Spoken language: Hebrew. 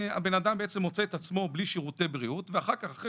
הבנאדם בעצם מוצא את עצמו בלי שירותי בריאות ואחר כך אחרי